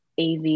AV